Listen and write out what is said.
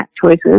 choices